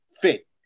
fit